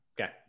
okay